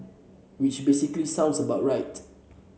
which basically sounds about right